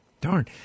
Darn